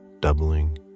doubling